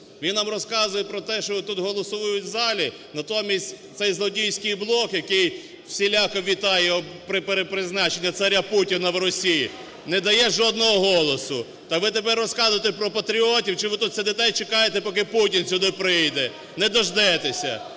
він нам розказує, про те, що тут голосують у залі. Натомість, цей злодійський блок, який всіляко вітає при перепризначенні царя Путіна в Росії не дає жодного голосу. Так ви тепер розказуєте про патріотів, чи ви тут сидите і чекаєте поки Путін сюди прийде? Не дождетеся.